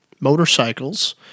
motorcycles